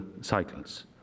cycles